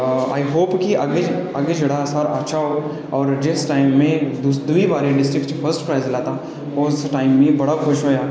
but I hope कि अग्गै जेह्ड़ा कि साढ़ा अच्छा होग जिस टाइम में दूई बारी डिस्ट्रिक्ट च फर्स्ट प्राईज़ लैता उस टाइम में बड़ा खुश होआ